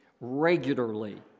regularly